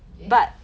yeah